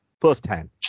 firsthand